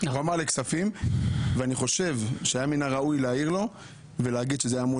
אני חושב שהיה צריך להגיד לו שזה אמור